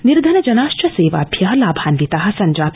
निर्धन जनाश्च सेवाभ्य लाभान्विता सञ्जाता